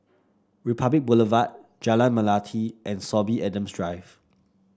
Republic Boulevard Jalan Melati and Sorby Adams Drive